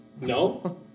No